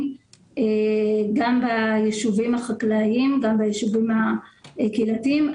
גם ביישובים החקלאיים וגם ביישובים הקהילתיים,